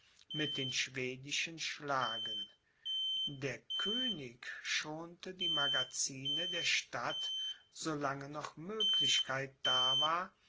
mit den schwedischen schlagen der könig schonte die magazine der stadt so lange noch möglichkeit da war